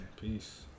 Peace